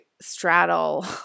straddle